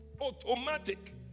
Automatic